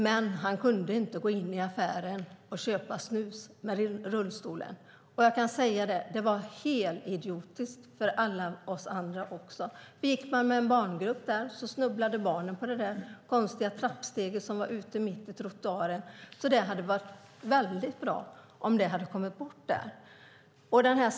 Men han kunde inte komma in i affären med rullstolen och köpa snus. Det var helidiotiskt även för alla oss andra. Om man gick med en barngrupp snubblade barnen på det konstiga trappsteget mitt ute på trottoaren. Det hade varit bra om den hade tagits bort.